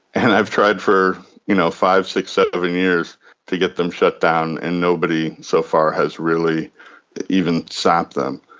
and i've tried for you know five, six, seven years to get them shut down, and nobody so far has really even stopped them.